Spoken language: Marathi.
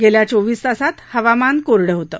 गेल्या चोवीस तासात हवामान कोरडे होते